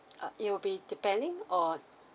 uh it will be depending on